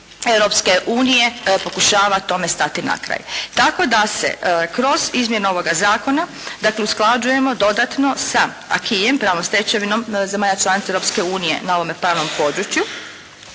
Europske unije pokušava tome stati na kraj. Tako da se kroz izmjene ovoga zakona, dakle usklađujemo dodatno sa “acquisom“ – pravnom stečevinom zemalja članica Europske unije na ovome pravnom području.